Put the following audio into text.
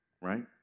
right